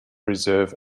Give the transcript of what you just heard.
reserve